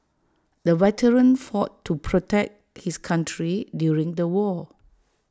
the veteran fought to protect his country during the war